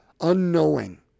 unknowing